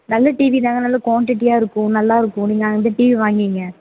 நல்ல டிவிதாங்க நல்ல குவாண்டிட்டியாக இருக்கும் நல்லாயிருக்கும் நீங்கள் அந்த டிவி வாங்கிகங்க